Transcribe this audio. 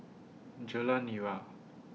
Jalan Nira